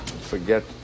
Forget